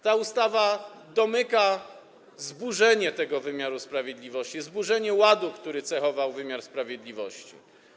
Ta ustawa domyka zburzenie tego wymiaru sprawiedliwości, zburzenie ładu, który cechował wymiar sprawiedliwości.